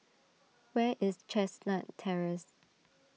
where is Chestnut Terrace